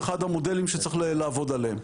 אחד המודלים שצריך לעבוד עליהם.